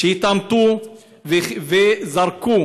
שהתעמתו וזרקו